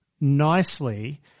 nicely